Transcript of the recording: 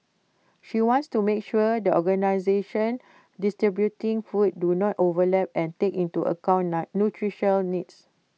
she wants to make sure that organisations distributing food do not overlap and take into account nutritional needs